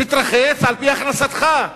תתרחץ על-פי הכנסתך,